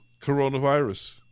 coronavirus